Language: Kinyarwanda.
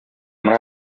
muri